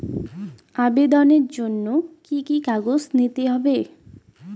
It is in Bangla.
আবেদনের জন্য কি কি কাগজ নিতে হবে?